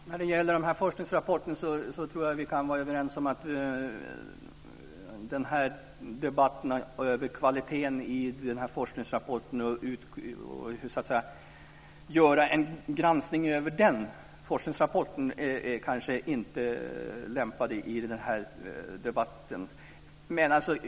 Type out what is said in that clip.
Herr talman! När det gäller forskningsrapporten tror jag att vi kan vara överens om att det kanske inte är lämpligt att göra en granskning av dess kvalitet i den här debatten.